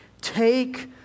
Take